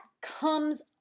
comes